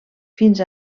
fins